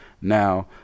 Now